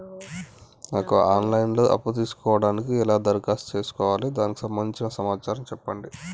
నాకు online లో అప్పు తీసుకోవడానికి ఎలా దరఖాస్తు చేసుకోవాలి దానికి సంబంధించిన సమాచారం చెప్పండి?